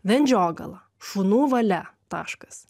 vendžiogala šunų valia taškas